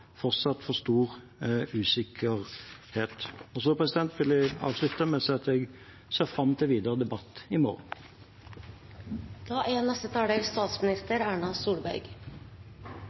fortsatt for stor usikkerhet. Så vil jeg avslutte med å si at jeg ser fram til videre debatt i